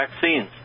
vaccines